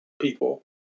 people